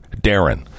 Darren